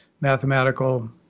mathematical